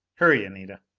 hurry, anita!